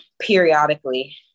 periodically